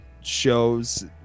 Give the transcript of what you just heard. shows